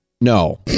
no